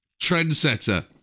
Trendsetter